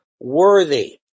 worthy